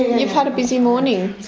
you've had a busy morning.